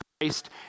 Christ